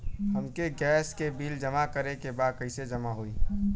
हमके गैस के बिल जमा करे के बा कैसे जमा होई?